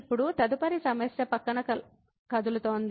ఇప్పుడు తదుపరి సమస్య పక్కన కదులుతోంది